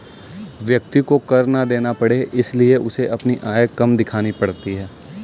व्यक्ति को कर ना देना पड़े इसलिए उसे अपनी आय कम दिखानी पड़ती है